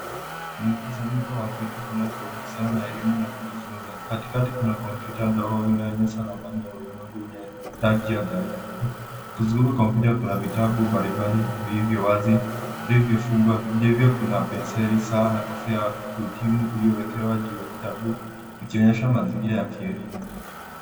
Mkusanyiko wa vitu vinavyohusiana na elimu na kujifunza. Katikati kuna kompyuta ndogo inayoonyesha mali ya ulimwengu yenye rangi ya galore . Kuzunguka kwa kompyuta kuna vitabu mbalimbali vilivyo waz,i vilivyofungwa, kuna penseli sawa na kofia ya kuhitimu iliyowekewa juu ya kitabu ikionyesha mazingira ya kielimu.